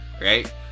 right